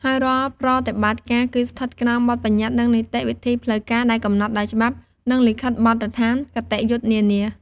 ហើយរាល់ប្រតិបត្តិការគឺស្ថិតក្រោម បទប្បញ្ញត្តិ និងនីតិវិធីផ្លូវការ ដែលកំណត់ដោយច្បាប់ និងលិខិតបទដ្ឋានគតិយុត្តនានា។